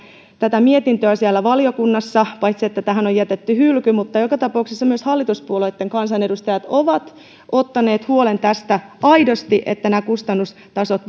tätä mietintöä siellä valiokunnassa paitsi että tähän on jätetty hylkyehdotus eli joka tapauksessa myös hallituspuolueitten kansanedustajat ovat ottaneet aidosti tästä huolen että nämä kustannustasot